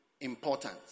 important